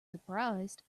surprised